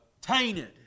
tainted